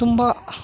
ತುಂಬ